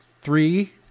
three